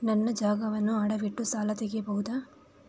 ನನ್ನ ಜಾಗವನ್ನು ಅಡವಿಟ್ಟು ಸಾಲ ತೆಗೆಯಬಹುದ?